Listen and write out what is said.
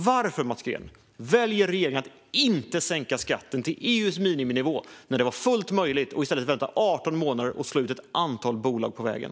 Varför, Mats Green, valde regeringen att inte sänka skatten till EU:s miniminivå när det var fullt möjligt? I stället väntar man 18 månader och slår ut ett antal bolag på vägen.